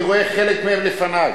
אני רואה חלק מהם לפני.